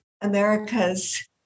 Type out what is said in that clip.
America's